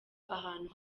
ahantu